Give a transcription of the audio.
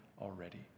already